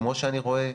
כמו שאני רואה,